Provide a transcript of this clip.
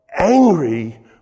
angry